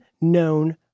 known